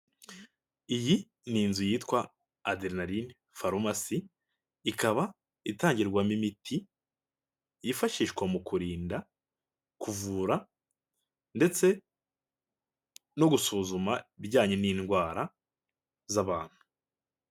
Iyi ni inzu yitwa aderenarine farumasi ikaba itangirwamo imiti yifashishwa mu kurinda, kuvura ndetse no gusuzuma ibijyanye n'indwara z'abantu.